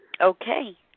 Okay